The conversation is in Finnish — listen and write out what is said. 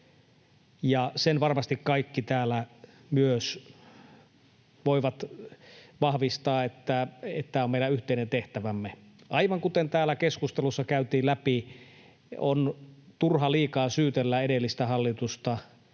sen varmasti kaikki täällä myös voivat vahvistaa, että tämä on meidän yhteinen tehtävämme. Aivan kuten täällä keskustelussa käytiin läpi, on turha liikaa syytellä edellistä hallitusta,